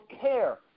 care